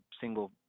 single